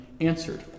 answered